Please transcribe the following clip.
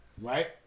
right